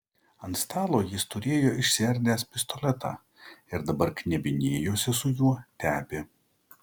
ant stalo jis turėjo išsiardęs pistoletą ir dabar knebinėjosi su juo tepė